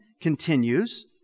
continues